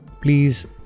please